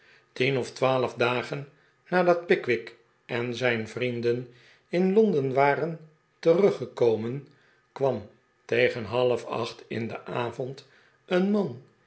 tien of twaalf dagen nadat pickwick en zijn vrienden in londen waren teruggekomen kwam tegen halfacht in den avond een man